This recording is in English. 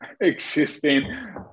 existing